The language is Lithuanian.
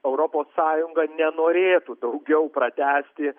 europos sąjunga nenorėtų daugiau pratęsti